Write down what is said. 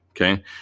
okay